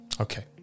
Okay